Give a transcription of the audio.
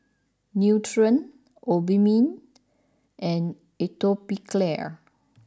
Nutren Obimin and Atopiclair